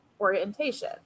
orientation